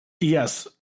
Yes